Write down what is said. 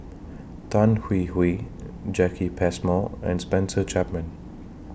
Tan Hwee Hwee Jacki Passmore and Spencer Chapman